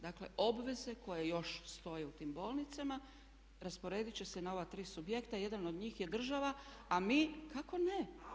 Dakle, obveze koje još stoje u tim bolnicama rasporedit će se na ova tri subjekta, jedan od njih je država, a mi … [[Upadica se ne razumije.]] Kako ne?